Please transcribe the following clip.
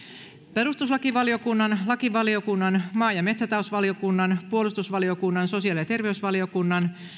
perustuslakivaliokunnan lakivaliokunnan maa ja metsätalousvaliokunnan puolustusvaliokunnan sosiaali ja terveysvaliokunnan